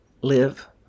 live